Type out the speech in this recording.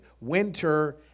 Winter